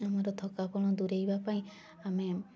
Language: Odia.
ଆମର ଥକାପଣ ଦୂରାଇବା ପାଇଁ ଆମେ